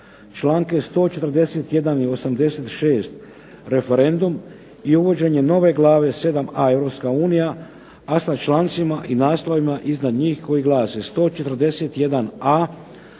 Članke 141. i 86. referendum i uvođenje nove glave 7a. Europska unija, a sa člancima i naslovima iznad njih koji glase: "141a.